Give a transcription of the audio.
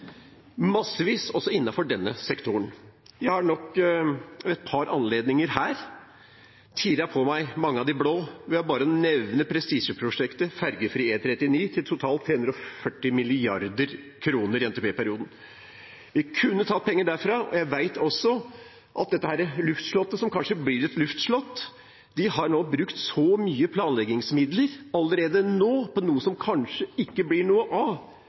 massevis – også innenfor denne sektoren. Jeg har nok ved et par anledninger tirret på meg mange av de blå ved bare å nevne prestisjeprosjektet ferjefri E39 til totalt 340 mrd. kr i NTP-perioden. Vi kunne tatt penger derfra. Jeg vet også at dette luftslottet, som kanskje forblir et luftslott, allerede nå har brukt mye planleggingsmidler på noe som kanskje ikke blir noe av